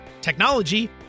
technology